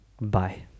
bye